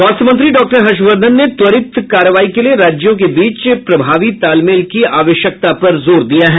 स्वास्थ्य मंत्री डॉ हर्षवर्धन ने त्वरित कार्रवाई के लिए राज्यों के बीच प्रभावी तालमेल की आवश्यकता पर जोर दिया है